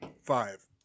five